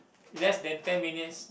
less than ten minutes